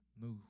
move